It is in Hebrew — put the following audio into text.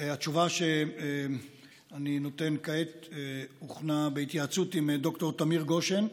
התשובה שאני נותן כעת הוכנה בהתייעצות עם ד"ר תמיר גושן,